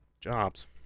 jobs